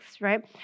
right